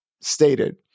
stated